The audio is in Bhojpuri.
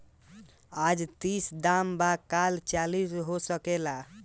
आज तीस दाम बा काल चालीसो हो सकेला